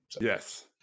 Yes